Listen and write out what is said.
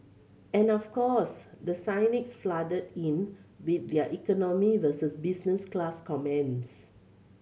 and of course the cynics flooded in with their economy versus business class comments